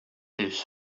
his